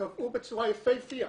קבעו בצורה יפיפייה